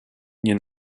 nie